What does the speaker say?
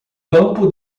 campo